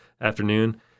afternoon